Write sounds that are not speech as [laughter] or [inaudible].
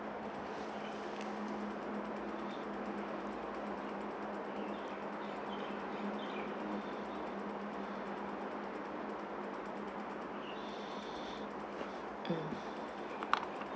[breath] mm